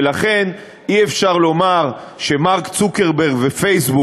ולכן אי-אפשר לומר שמרק צוקרברג ופייסבוק